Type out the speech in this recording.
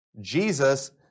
Jesus